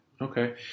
Okay